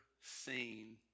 seen